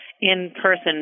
in-person